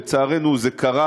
לצערנו זה קרה,